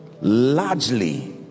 largely